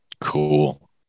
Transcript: Cool